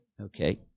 Okay